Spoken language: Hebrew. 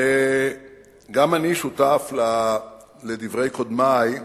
וגם אני שותף לדברי קודמי,